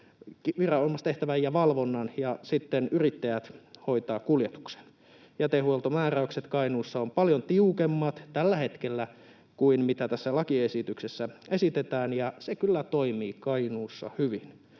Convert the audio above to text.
viranomaistehtävän ja -valvonnan ja yrittäjät hoitavat kuljetuksen. Jätehuoltomääräykset Kainuussa ovat paljon tiukemmat tällä hetkellä kuin mitä tässä lakiesityksessä esitetään, ja se kyllä toimii Kainuussa hyvin.